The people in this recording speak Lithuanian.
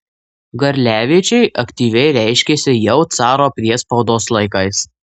garliaviečiai aktyviai reiškėsi jau caro priespaudos laikais